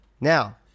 Now